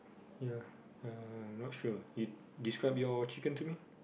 ya uh I'm not sure you describe your chicken to me